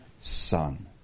Son